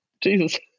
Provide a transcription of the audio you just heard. Jesus